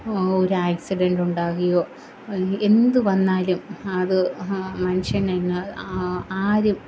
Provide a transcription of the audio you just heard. ഒരു ആക്സിസിഡൻറ്റ് ഉണ്ടാവുകയോ എന്തുവന്നാലും അത് ഹ മനുഷ്യനെന്ന് ആരും